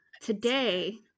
Today